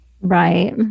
Right